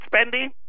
spending